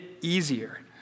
easier